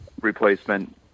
replacement